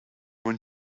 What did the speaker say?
want